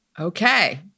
Okay